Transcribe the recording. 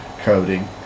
coding